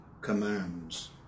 commands